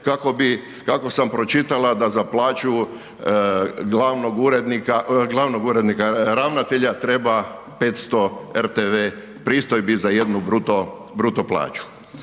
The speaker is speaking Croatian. kako sam pročitala da za plaću glavnog urednika, glavnog urednika ravnatelja treba 500 rtv pristojbi za jednu bruto plaću.